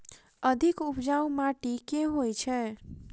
अधिक उपजाउ माटि केँ होइ छै?